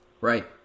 Right